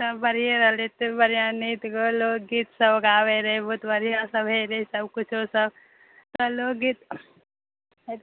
सभ बढिये रहलियै एतय बढ़िऑं गीत लोकगीतसभ गाबै रहै बहुत बढ़िऑं सभे रहै सभ किछो सभ लोकगीत